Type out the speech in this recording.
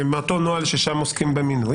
אותו נוהל ששם עוסקים במינוי,